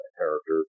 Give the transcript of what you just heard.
character